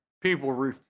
people